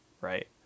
right